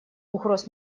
угроз